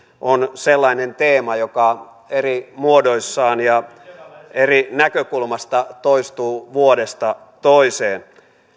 on sellainen teema joka eri muodoissaan ja eri näkökulmista toistuu vuodesta toiseen